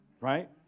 right